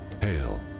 Hail